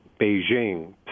Beijing